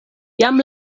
jam